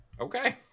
Okay